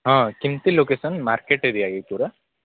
ହଁ କେମିତି location market area କି ପୁରା